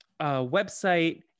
website